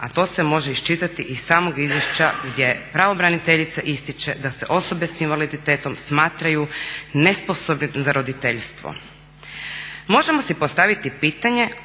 a to se može iščitati iz samog izvješća gdje pravobraniteljica ističe da se osobe s invaliditetom smatraju nesposobnim za roditeljstvo. Možemo si postaviti pitanje